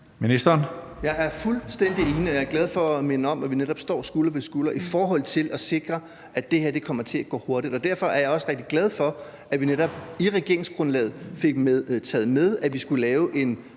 Jeg er fuldstændig enig, og jeg er glad for at minde om, at vi netop står skulder ved skulder i forhold til at sikre, at det her kommer til at gå hurtigt. Og derfor er jeg også rigtig glad for, at vi netop i regeringsgrundlaget fik taget med, at vi skulle lave en